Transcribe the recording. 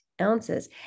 ounces